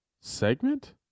segment